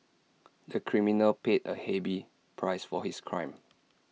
the criminal paid A heavy price for his crime